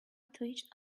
twitched